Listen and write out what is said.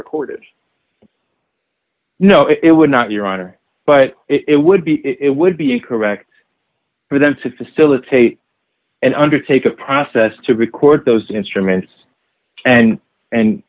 recorded no it would not your honor but it would be it would be incorrect for them to facilitate and undertake a process to record those instruments and and